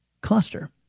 cluster